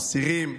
אסירים,